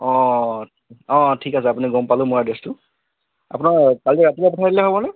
অঁ অঁ ঠিক আছে আপুনি গম পালোঁ মই এড্ৰেছটো আপোনাক কাইলৈ ৰাতিপুৱা পঠাই দিলে হ'ব নে